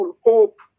hope